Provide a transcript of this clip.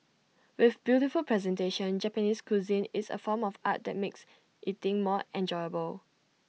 with beautiful presentation Japanese cuisine is A form of art that make eating more enjoyable